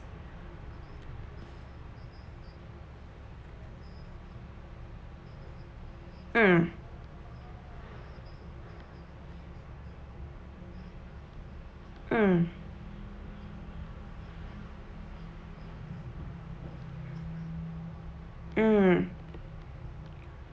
mm mm mm